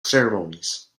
ceremonies